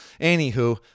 Anywho